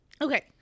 Okay